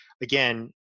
again